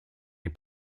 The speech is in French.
les